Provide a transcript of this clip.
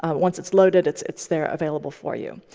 um once it's loaded, it's it's there available for you.